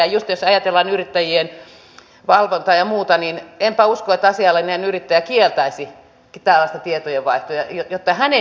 just jos ajatellaan yrittäjien valvontaa ja muuta niin enpä usko että asiallinen yrittäjä kieltäisi tällaista tietojen vaihtoa jotta hänen ei tarvitsisi toimittaa